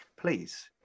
please